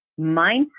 mindset